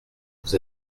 vous